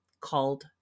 called